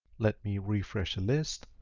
let me refresh the list.